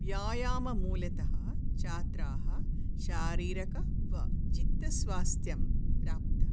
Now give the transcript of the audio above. व्यायाममूलतः छात्राः शारीरकं वा चित्तस्वास्थ्यं प्राप्तः